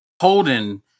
Holden